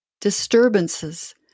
disturbances